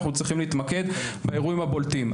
אנחנו צריכים להתמקד באירועים הבולטים.